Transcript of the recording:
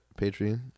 Patreon